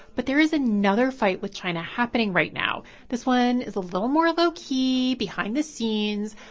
but there is another fight with china happening right now. this one is a little more low-key, behind the scenes,